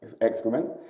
excrement